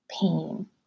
pain